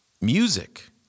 Music